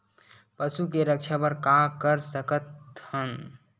पशु के रक्षा बर का कर सकत हन?